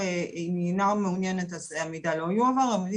אם אינה מעוניינת בזה המידע לא יועבר ואם היא